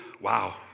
wow